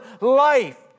life